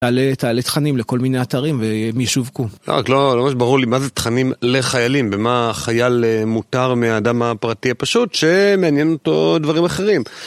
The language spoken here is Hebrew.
תעלה תכנים לכל מיני אתרים ומי שווקו. לא, לא ממש ברור לי מה זה תכנים לחיילים ומה חייל מותר מאדם הפרטי הפשוט שמעניין אותו דברים אחרים.